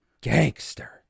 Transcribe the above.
gangster